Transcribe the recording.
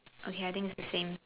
okay I think is the same